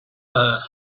earth